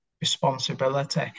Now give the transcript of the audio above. responsibility